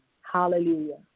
Hallelujah